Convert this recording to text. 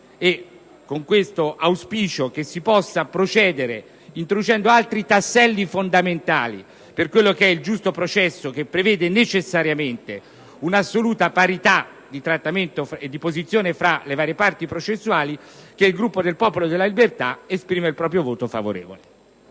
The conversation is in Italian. È con l'auspicio che si possa procedere introducendo altri tasselli fondamentali per il giusto processo, che prevede necessariamente un'assoluta parità di trattamento e di posizione fra le varie parti processuali, che il Gruppo del Popolo della Libertà esprimerà il proprio voto favorevole.